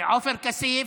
עופר כסיף,